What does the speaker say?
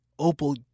Opal